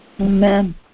Amen